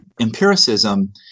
Empiricism